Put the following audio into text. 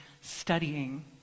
studying